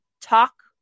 talk